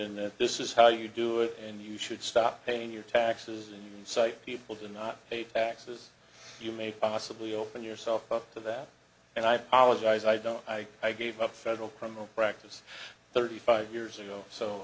in there this is how you do it and you should stop paying your taxes and you say people do not pay taxes you may possibly open yourself up to that and i apologize i don't i i gave up federal criminal practice thirty five years ago so